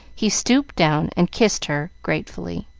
he stooped down and kissed her gratefully.